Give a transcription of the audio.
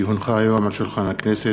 כי הונחה היום על שולחן הכנסת,